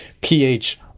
PH